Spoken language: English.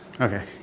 Okay